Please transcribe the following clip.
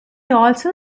also